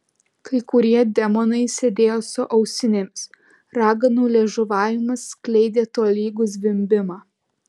kai kurie demonai sėdėjo su ausinėmis raganų liežuvavimas skleidė tolygų zvimbimą